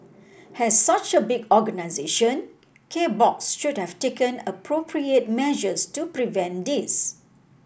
as such a big organisation K Box should have taken appropriate measures to prevent this